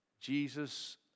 Jesus